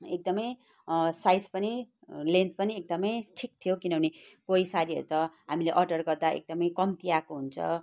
एकदमै साइज पनि लेन्थ पनि एकदमै ठिक थियो किनभने कोही सारीहरू त हामीले अर्डर गर्दा एकदमै कम्ति आएको हुन्छ